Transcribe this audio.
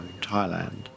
Thailand